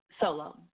Solo